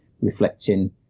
reflecting